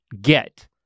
get